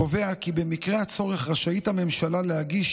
קובע כי במקרה הצורך רשאית הממשלה להגיש